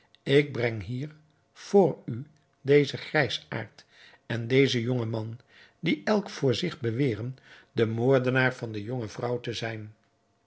ik breng hier vr u dezen grijsaard en dezen jongen man die elk voor zich beweren de moordenaar van de jonge vrouw te zijn